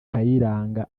kayiranga